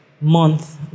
month